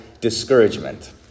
discouragement